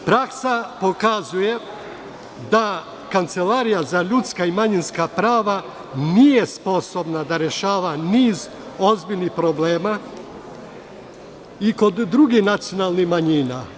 Praksa pokazuje da kancelarija za ljudska i manjinska prava nije sposobna da rešava niz ozbiljnih problema i kod drugih nacionalnih manjina.